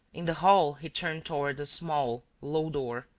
in the hall he turned toward a small, low door,